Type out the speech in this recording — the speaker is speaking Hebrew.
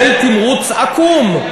1. מודל תמרוץ עקום.